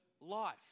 life